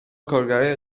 کارگرهای